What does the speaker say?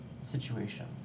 situation